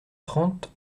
trente